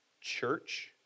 church